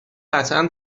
قطعا